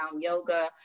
Yoga